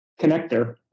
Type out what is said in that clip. connector